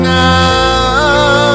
now